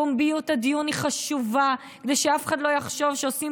פומביות הדיון היא חשובה כדי שאף אחד לא יחשוב שעושים